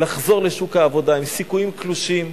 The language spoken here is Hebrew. לחזור לשוק העבודה הם סיכויים קלושים,